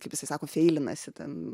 kaip jisai sako feilinasi ten